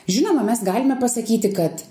žinoma mes galime pasakyti kad